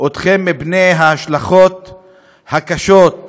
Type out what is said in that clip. אתכם מפני ההשלכות הקשות,